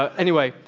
anyway,